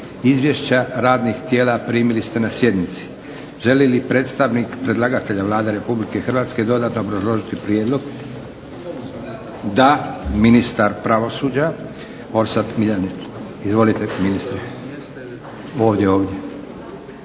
Izvješća radnih tijela primili ste na sjednici. Želi li predstavnik predlagatelja Vlada RH dodano obrazložiti prijedlog? Da. Ministar pravosuđa Orsat Miljanić. Izvolite